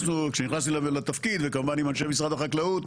כשנכנסתי לתפקיד, וכמובן עם אנשי משרד החקלאות,